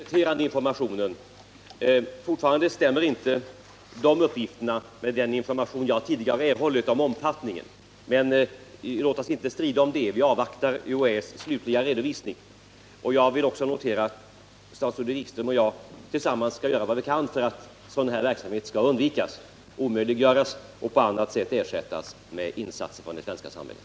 Herr talman! Jag ber att få tacka för den kompletterande informationen. Fortfarande stämmer dock inte de uppgifterna med den information jag tidigare har erhållit om omfattningen, men låt oss inte strida om det; vi avvaktar UHÄ:s slutliga redovisning. Jag vill också notera att statsrådet Wikström och jag tillsammans skall göra vad vi kan för att sådan verksamhet i fortsättningen skall undvikas, omöjliggöras och på annat sätt ersättas med insatser från det svenska samhället.